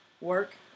work